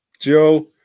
Joe